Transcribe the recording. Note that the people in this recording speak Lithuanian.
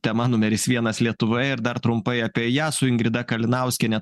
tema numeris vienas lietuvoje ir dar trumpai apie ją su ingrida kalinauskiene